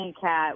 cat